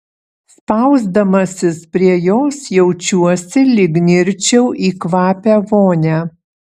spausdamasis prie jos jaučiuosi lyg nirčiau į kvapią vonią